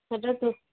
ସେଇଟା ତ